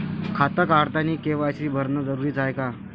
खातं काढतानी के.वाय.सी भरनं जरुरीच हाय का?